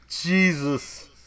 Jesus